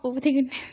ओह्दे कन्नै